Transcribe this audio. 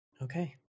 Okay